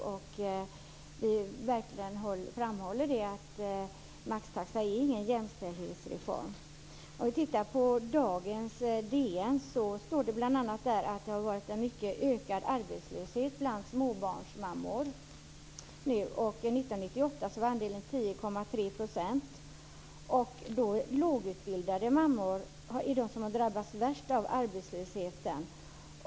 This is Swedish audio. Vi framhåller verkligen att införandet av maxtaxa inte är någon jämställdhetsreform. Om vi tittar i dagens DN ser vi att det där bl.a. står att arbetslösheten har ökat mycket bland småbarnsmammor. 1998 var andelen arbetslösa 10,3 %. Lågutbildade mammor är de som har drabbats värst av arbetslösheten.